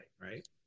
right